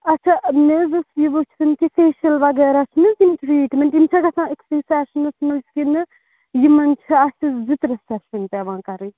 اَچھا مےٚ حظ ٲسۍ یہِ وُچھُن کہِ فیشَل وَغیرہ چھِنہٕ یِم ٹرٛیٖٹمٮ۪نٛٹ یِم چھَ گَژھان أکسی سیٚشنَس مَنٛز کِنہٕ یِمَن چھِ اتھ چھِ زٕ ترٛےٚ سیٚشَن پٮ۪وان کَرٕنۍ